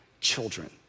children